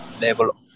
level